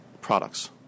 products